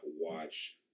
watch